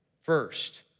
first